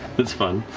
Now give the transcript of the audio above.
that's fun.